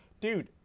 Dude